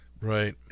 right